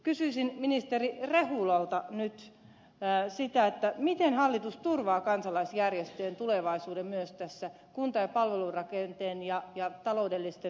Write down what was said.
kysyisin ministeri rehulalta nyt sitä miten hallitus turvaa kansalaisjärjestöjen tulevaisuuden myös tässä kunta ja palvelurakenteen ja taloudellisten haasteitten keskiössä